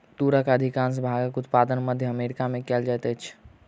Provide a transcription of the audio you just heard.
तूरक अधिकाँश भागक उत्पादन मध्य अमेरिका में कयल जाइत अछि